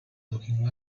looking